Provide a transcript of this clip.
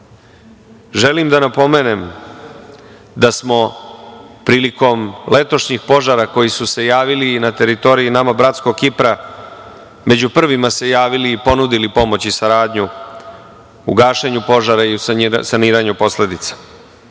da napomenem da smo prilikom letošnjih požara koji su se javili na teritoriji nama bratskog Kipra, među prvima se javili i ponudili pomoć i saradnju u gašenju požara i saniranju posledica. Republika